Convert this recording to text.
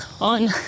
on